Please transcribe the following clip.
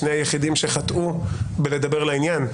שני היחידים שחטאו בדיבור לעניין,